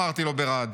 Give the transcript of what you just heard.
אמרתי ברעד,